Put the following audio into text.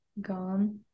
gone